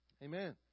Amen